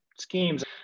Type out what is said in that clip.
schemes